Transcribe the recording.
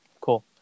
cool